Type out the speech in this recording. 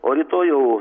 o rytoj jau